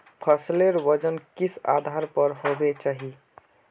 फसलेर वजन किस आधार पर होबे चही?